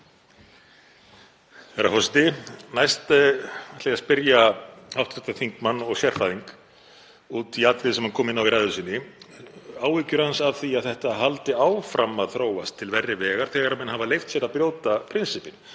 Herra forseti. Næst ætla ég að spyrja hv. þingmann og sérfræðing út í atriði sem hann kom inn á í ræðu sinni, áhyggjur hans af því að þetta haldi áfram að þróast til verri vegar þegar menn hafa leyft sér að brjóta prinsippin.